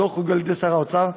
שלא הוחרגו על-ידי שר האוצר,